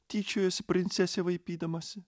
tyčiojosi princesė vaipydamasi